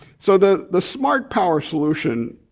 so the the smart power solution,